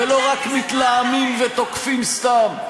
ולא רק מתלהמים ותוקפים סתם,